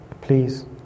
please